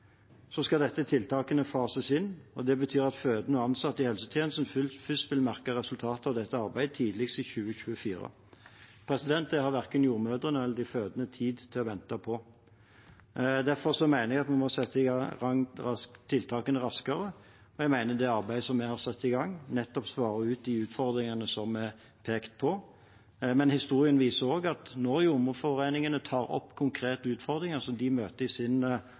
Så skal disse tiltakene fases inn, og det betyr at fødende og ansatte i helsetjenesten først vil merke resultater av dette arbeidet tidligst i 2024. Det har verken jordmødrene eller de fødende tid til å vente på. Derfor mener jeg vi må sette i gang tiltakene raskere, og jeg mener at det arbeidet vi har satt i gang, nettopp svarer ut de utfordringene som er pekt på. Men historien viser også at når jordmorforeningene tar opp konkrete utfordringer som de møter i sin